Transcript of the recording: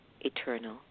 Eternal